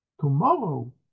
Tomorrow